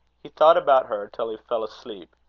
he thought about her till he fell asleep,